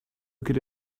could